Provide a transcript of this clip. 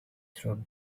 throw